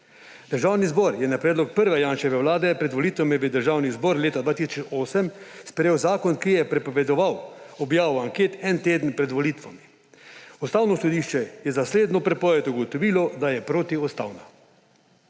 Državni zbor je na predlog prve Janševe vlade pred volitvami v Državni zbor leta 2008 sprejel zakon, ki je prepovedoval objavo anket en teden pred volitvami. Ustavno sodišče je za slednjo prepoved ugotovilo, da je protiustavna.